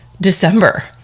December